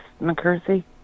McCarthy